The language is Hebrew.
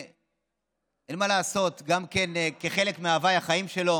אין מה לעשות, חלק מהוויי החיים שלו